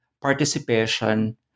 participation